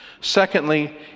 Secondly